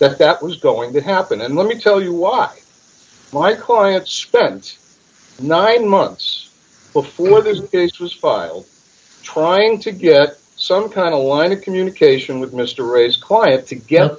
that that was going to happen and let me tell you why my client spends nine months before this it was filed trying to get some kind of line of communication with mr rose quiet toget